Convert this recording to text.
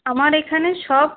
আমার এখানে সব